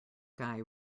guy